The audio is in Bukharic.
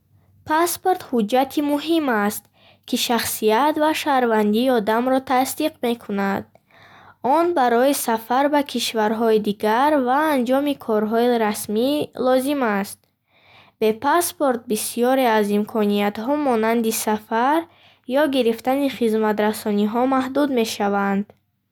Паспорт ҳуҷҷати муҳим аст, ки шахсият ва шаҳрвандии одамро тасдиқ мекунад. Он барои сафар ба кишварҳои дигар ва анҷоми корҳои расмӣ лозим аст. Бе паспорт бисёре аз имкониятҳо, монанди сафар ё гирифтани хизматрасониҳо, маҳдуд мешаванд.